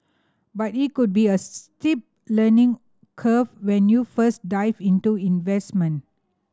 but it could be a steep learning curve when you first dive into investment